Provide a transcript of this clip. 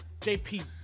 JP